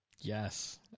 Yes